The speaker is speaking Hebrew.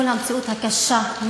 מול המציאות הקשה,